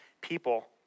people